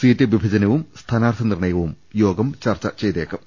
seat വിഭജനവും സ്ഥാനാർത്ഥി നിർണയവും യോഗം ചർച്ച ചെയ്തേക്കും